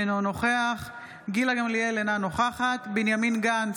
אינו נוכח גילה גמליאל, אינה נוכחת בנימין גנץ,